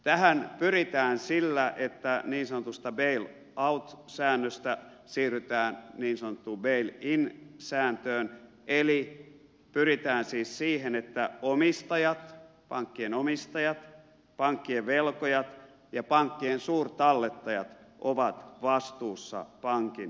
tähän pyritään sillä että niin sanotusta bail out säännöstä siirrytään niin sanottuun bail in sääntöön eli pyritään siis siihen että omistajat pankkien omistajat pankkien velkojat ja pankkien suurtallettajat ovat vastuussa pankin tappioista